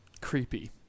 creepy